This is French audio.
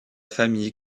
famille